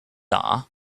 are